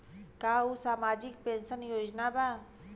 का उ सामाजिक पेंशन योजना बा?